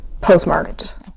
postmarked